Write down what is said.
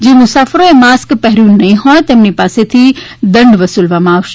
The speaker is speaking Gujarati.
જે મુસાફરોએ માસ્ક પહેર્યુ નહીં હોય તેમની પાસે દંડ વસૂલવામાં આવશે